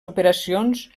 operacions